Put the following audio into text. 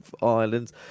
islands